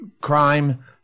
crime